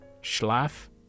Schlaf